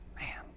Man